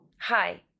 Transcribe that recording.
Hi